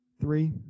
three